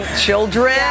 Children